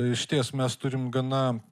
išties mes turim gana